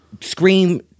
Scream